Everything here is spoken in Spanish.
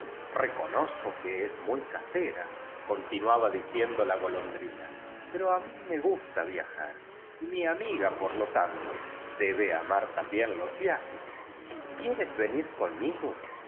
reconozco que es muy casera conti nuaba diciendo la golondrina pero a mi me gusta viajar y mi amiga por lo tanto debe amar también los viajes quiéres venir conmigo